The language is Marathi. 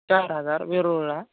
चार हजार वेरूळला